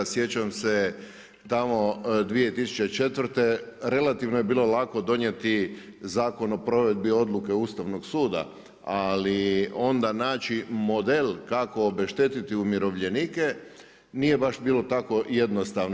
Sjećam se tamo 2004. relativno je bilo lako donijeti Zakon o provedbi odluke Ustavnog suda, ali onda naći model kako obeštetiti umirovljenike nije baš bilo tako jednostavno.